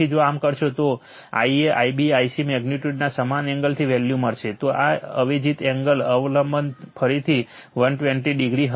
તેથી જો આમ કરશો તો Ia Ib Ic મેગ્નિટ્યુડના સમાન એંગલની વેલ્યુ મળશે તો પણ અવેજિત એંગલ અવલંબન ફરીથી 120o થશે